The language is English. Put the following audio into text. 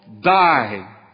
die